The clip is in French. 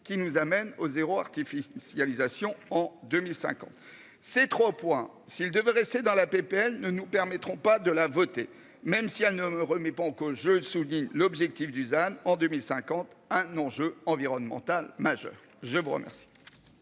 qui nous amène au zéro artificialisation en 2005 ans ces 3 points s'il devait rester dans la PPL ne nous permettront pas de la voter, même si elle ne remet pas en cause. Je souligne l'objectif Dusan en 2050 un enjeu environnemental majeur Jérôme. Merci